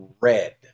red